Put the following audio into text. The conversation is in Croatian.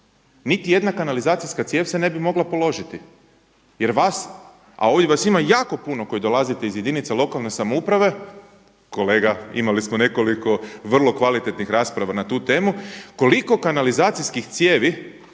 niti jedna kanalizacijska cijev se ne bi mogla položiti jer vas, a ovdje vas ima jako puno koji dolazite iz jedinica lokalne samouprave. Kolega imali smo nekoliko vrlo kvalitetnih rasprava na tu temu koliko kanalizacijskih cijevi